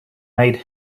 made